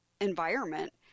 environment